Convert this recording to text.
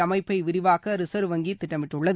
அமைப்பை விரிவாக்க ரிசர்வ் வங்கி திட்டமிட்டுள்ளது